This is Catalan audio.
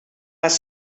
les